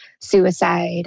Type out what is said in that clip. suicide